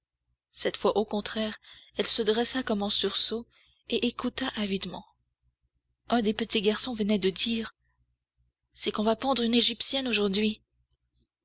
cette fois au contraire elle se dressa comme en sursaut et écouta avidement un des petits garçons venait de dire c'est qu'on va pendre une égyptienne aujourd'hui